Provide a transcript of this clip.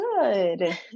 good